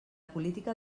política